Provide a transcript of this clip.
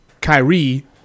Kyrie